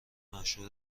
مشهور